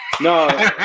no